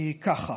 טוב, ככה,